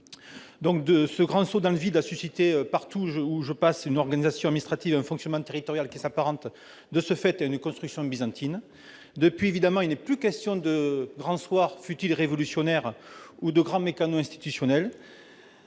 Ce grand saut dans le vide a suscité, partout où je passe, une organisation administrative et un fonctionnement territorial qui s'apparentent à une construction byzantine. Depuis lors, évidemment, il n'est plus question de grand soir, fût-il révolutionnaire, ni de grand meccano institutionnel,